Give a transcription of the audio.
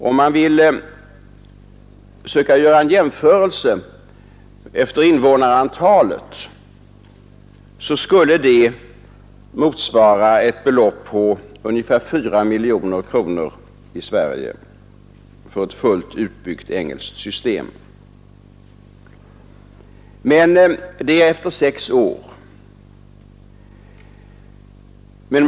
Om man vill göra en jämförelse efter invånarantalet skulle det för ett fullt utbyggt engelskt system motsvara ett belopp på ungefär 4 miljoner kronor i Sverige. Men det är efter sex års tillämpning.